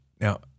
Now